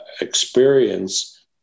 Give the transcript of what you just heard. Experience